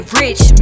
rich